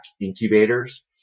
incubators